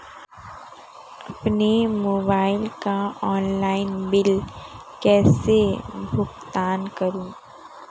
अपने मोबाइल का online bill कैसे भुगतान करूं?